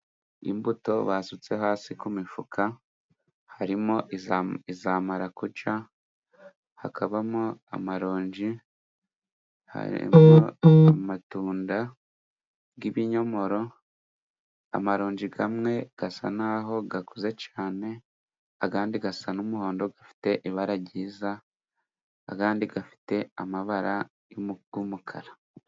Imbuto basutse hasi ku mifuka harimo: iza marakuja, hakabamo amaronji, harimo amatunda, ibinyomoro, amaronji amwe asa naho akuze cyane, ayandi asa n'umuhondo afite ibara ryiza ayandi afite amabara y'umukara.